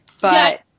but-